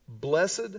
Blessed